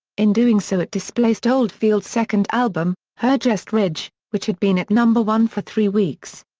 in doing so it displaced oldfield's second album, hergest ridge, which had been at number one for three weeks.